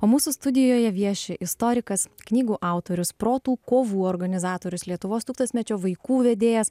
o mūsų studijoje vieši istorikas knygų autorius protų kovų organizatorius lietuvos tūkstantmečio vaikų vedėjas